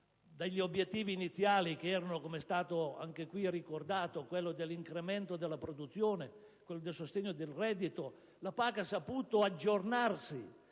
Dagli obiettivi iniziali, che erano, come è stato anche qui ricordato, quelli dell'incremento della produzione e del sostegno del reddito, la PAC ha saputo aggiornarsi,